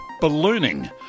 Ballooning